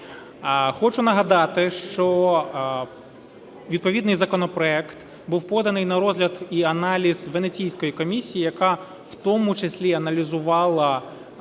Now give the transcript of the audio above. Хочу нагадати, що відповідний законопроект був поданий на розгляд і аналіз Венеційської комісії, яка в тому числі аналізувала